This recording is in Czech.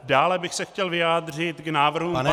Dále bych se chtěl vyjádřit k návrhu pana